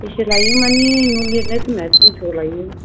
बेसे लायो माने न' लिरनायफोरना दुयस' लायो